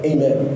Amen